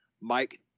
Mike